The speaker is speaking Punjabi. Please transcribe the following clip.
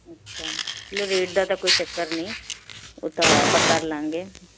ਅੱਛਾ ਚੱਲੋ ਰੇਟ ਦਾ ਤਾਂ ਕੋਈ ਚੱਕਰ ਨਹੀਂ ਉਹ ਤਾਂ ਆਪਾਂ ਕਰ ਲਵਾਂਗੇ